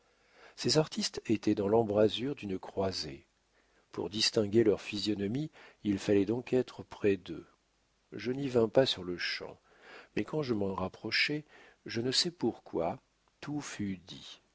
ces artistes étaient dans l'embrasure d'une croisée pour distinguer leurs physionomies il fallait donc être près d'eux je n'y vins pas sur-le-champ mais quand je m'en rapprochai je ne sais pourquoi tout fut dit